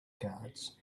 guards